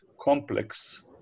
complex